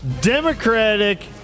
Democratic